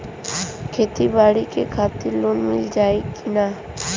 खेती बाडी के खातिर लोन मिल जाई किना?